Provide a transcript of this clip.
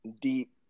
deep